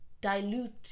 dilute